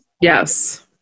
yes